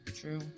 True